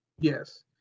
yes